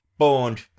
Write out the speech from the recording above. Bond